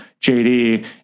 JD